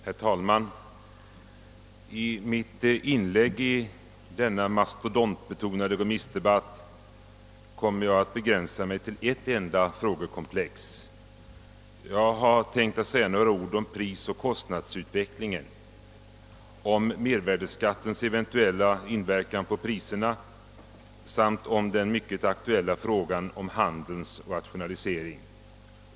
Herr talman! I mitt inlägg i denna mastodontbetonade remissdebatt kommer jag att begränsa mig till ett enda frågekomplex. Jag har tänkt säga några ord om Pprisoch kostnadsutvecklingen, om mervärdeskattens eventuella inverkan på priserna samt om den mycket aktuella frågan om handelns rationalisering.